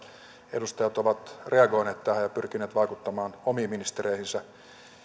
edustajat ovat reagoineet tähän ja pyrkineet vaikuttamaan omiin ministereihinsä